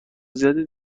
زیادی